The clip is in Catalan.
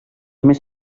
més